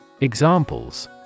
examples